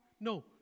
No